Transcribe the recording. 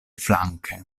flanke